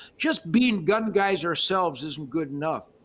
just being gun guys ourselves isn't good enough.